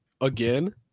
again